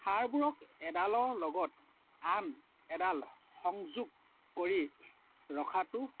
হাড়বোৰক এডালৰ লগত আন এডাল সংযোগ কৰি ৰখাতো